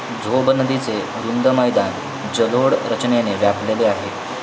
झोब नदीचे रुंद मैदान जलोढ रचनेने व्यापलेले आहे